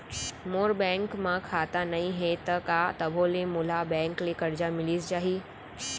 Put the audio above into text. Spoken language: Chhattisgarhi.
मोर बैंक म खाता नई हे त का तभो ले मोला बैंक ले करजा मिलिस जाही?